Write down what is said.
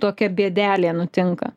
tokia bėdelė nutinka